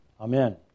Amen